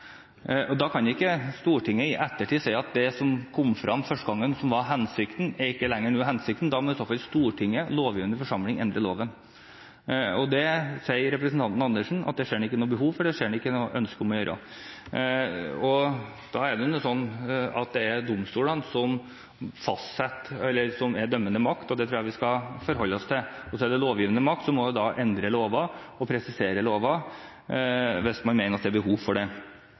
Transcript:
Da kan ikke Stortinget i ettertid si at det som kom fram første gang, det som var hensikten da, ikke lenger er hensikten. Da må i så fall Stortinget, som lovgivende forsamling, endre loven. Representanten Dag Terje Andersen sier at det ser han ikke noe behov for, det har han ikke noe ønske om å gjøre. Det er domstolene som er den dømmende makt, og det tror jeg vi skal forholde oss til. Så er det den lovgivende makt som må endre lover og presisere lover, hvis man mener at det er behov for det.